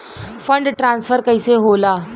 Fund transfer कैसे होला?